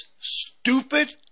stupid